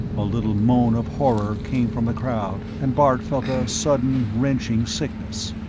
a little moan of horror came from the crowd, and bart felt a sudden, wrenching sickness.